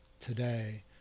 today